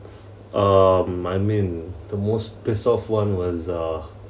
um I mean the most pissed off [one] was uh